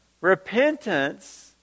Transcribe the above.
Repentance